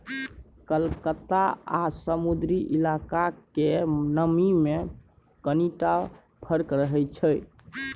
कलकत्ता आ समुद्री इलाका केर नमी मे कनिटा फर्क रहै छै